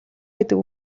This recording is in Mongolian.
гэдэг